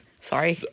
Sorry